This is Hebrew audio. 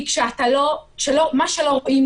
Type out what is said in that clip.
מה שלא רואים,